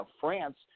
France